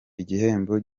igihembo